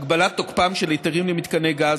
הגבלת תוקפם של היתרים למתקני גז,